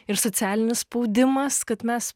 ir socialinis spaudimas kad mes